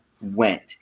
went